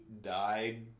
died